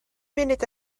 munud